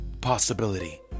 possibility